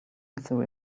through